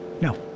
No